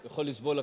יכול לסבול הכול.